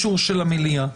המליאה.